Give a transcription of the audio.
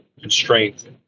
constraint